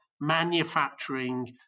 manufacturing